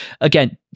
Again